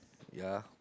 ya